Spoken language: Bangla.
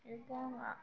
এই